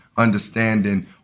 understanding